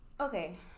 Okay